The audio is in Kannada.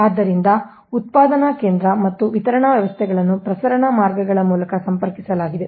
ಆದ್ದರಿಂದ ಉತ್ಪಾದನಾ ಕೇಂದ್ರ ಮತ್ತು ವಿತರಣಾ ವ್ಯವಸ್ಥೆಗಳನ್ನು ಪ್ರಸರಣ ಮಾರ್ಗಗಳ ಮೂಲಕ ಸಂಪರ್ಕಿಸಲಾಗಿದೆ